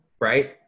right